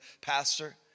pastor